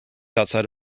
outside